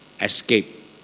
escape